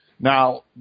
Now